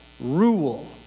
rule